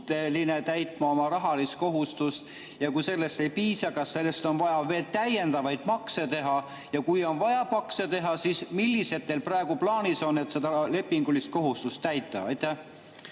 suuteline täitma oma rahalist kohustust. Ja kui sellest ei piisa, kas selleks on vaja veel täiendavaid makse teha? Ja kui on vaja makse teha, siis millised teil praegu plaanis on, et seda lepingulist kohustust täita? Aitäh,